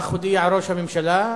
כך הודיע ראש הממשלה,